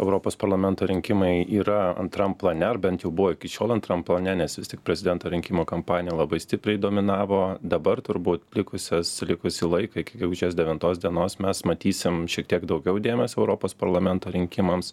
europos parlamento rinkimai yra antram plane ar bent jau buvo iki šiol antram plane nes vis tik prezidento rinkimų kampanija labai stipriai dominavo dabar turbūt likusias likusį laiką iki gegužės devintos dienos mes matysim šiek tiek daugiau dėmesio europos parlamento rinkimams